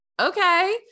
okay